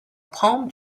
palm